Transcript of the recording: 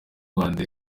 rwandair